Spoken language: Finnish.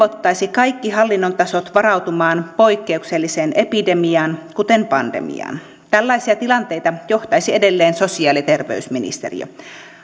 velvoittaisi kaikki hallinnon tasot varautumaan poikkeukselliseen epidemiaan kuten pandemiaan tällaisia tilanteita johtaisi edelleen sosiaali ja terveysministeriö